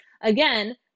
again